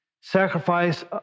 sacrifice